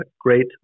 great